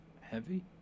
heavy